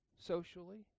socially